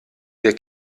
der